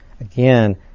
Again